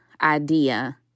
idea